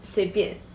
随便